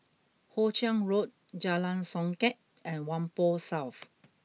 Hoe Chiang Road Jalan Songket and Whampoa South